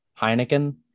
Heineken